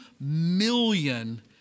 million